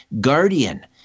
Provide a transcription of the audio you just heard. Guardian